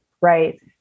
right